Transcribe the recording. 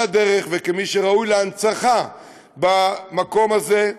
הדרך וכמי שראויים להנצחה במקום הזה.